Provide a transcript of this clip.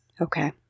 okay